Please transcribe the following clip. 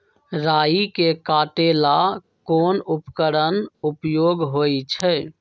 राई के काटे ला कोंन उपकरण के उपयोग होइ छई?